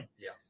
Yes